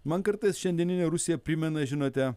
man kartais šiandieninė rusija primena žinote